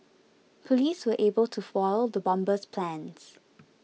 police were able to foil the bomber's plans